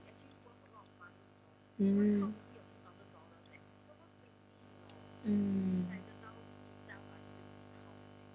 mm mm